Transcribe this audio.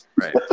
Right